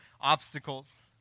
obstacles